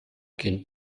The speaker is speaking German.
kind